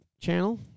channel